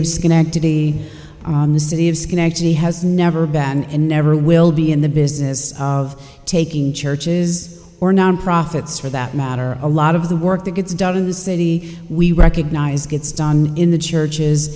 of schenectady the city of schenectady has never been and never will be in the business of taking churches or non profits for that matter a lot of the work that gets done in the city we recognize gets done in the